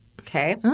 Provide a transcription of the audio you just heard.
Okay